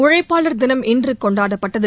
உழைப்பாளர் தினம் இன்று கொண்டாடப்பட்டது